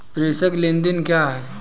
प्रेषण लेनदेन क्या है?